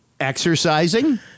Exercising